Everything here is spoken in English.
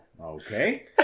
okay